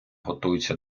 готується